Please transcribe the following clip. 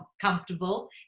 comfortable